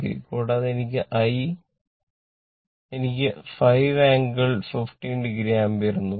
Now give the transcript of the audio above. കൂടാതെ എനിക്ക് I എനിക്ക് 5 ∟ 15 o ആമ്പിയർ എന്ന് പറയുന്നു